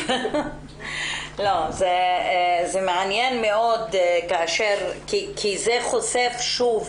זה מעניין מאוד כי זה חושף שוב